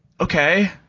okay